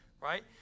right